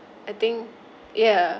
I think ya